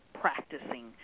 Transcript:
practicing